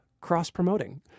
cross-promoting